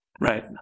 Right